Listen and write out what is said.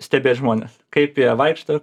stebėt žmones kaip jie vaikšto